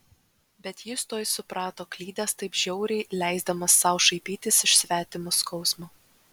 bet jis tuoj suprato klydęs taip žiauriai leisdamas sau šaipytis iš svetimo skausmo